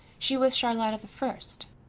she was charlotta the first.